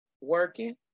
working